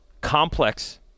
Complex